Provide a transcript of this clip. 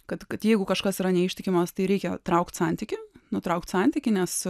kad kad jeigu kažkas yra neištikimas tai reikia traukt santykį nutraukt santykį nes